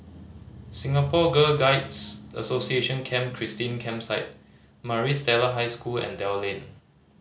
Singapore Girl Guides Association Camp Christine Campsite Maris Stella High School and Dell Lane